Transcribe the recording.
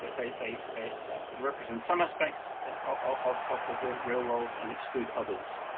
they they represent some aspects ah of of the real real world and exclude others.